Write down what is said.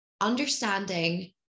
understanding